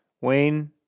Wayne